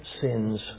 sins